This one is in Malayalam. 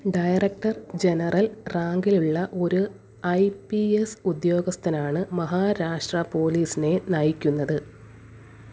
ഡയറക്ടർ ജനറൽ റാങ്കിലുള്ള ഒരു ഐ പ്പീ യെസ് ഉദ്യോഗസ്ഥനാണ് മഹാരാഷ്ട്ര പോലീസിനെ നയിക്കുന്നത്